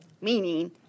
Meaning